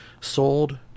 sold